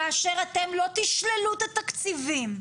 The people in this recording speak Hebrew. כאשר אתם לא תשללו את התקציבים,